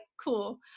cool